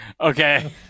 Okay